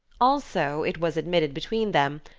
also it was admitted between them,